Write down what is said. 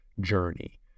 journey